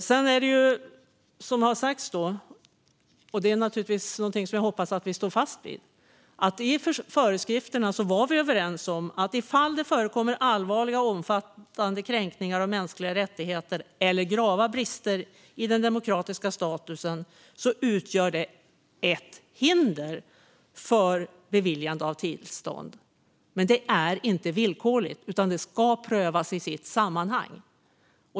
I föreskrifterna var vi överens om - och det är naturligtvis någonting jag hoppas att vi står fast vid - att ifall det förekommer allvarliga och omfattande kränkningar av mänskliga rättigheter eller grava brister i den demokratiska statusen utgör det ett hinder för beviljande av tillstånd. Men det är inte villkorligt, utan det ska prövas i sitt sammanhang.